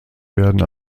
werden